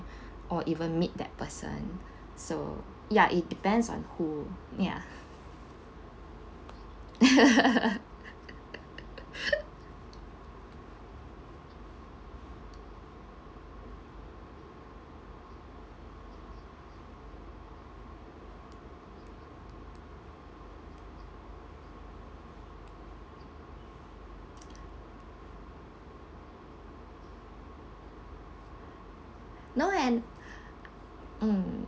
or even meet that person so ya it depends on who ya no and um